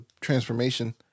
transformation